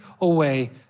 away